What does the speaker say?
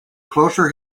closer